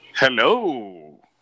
Hello